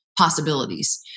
possibilities